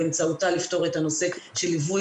באמצעותה לפתור את הנושא של ליווי